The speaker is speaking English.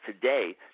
today